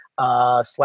Slash